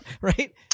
right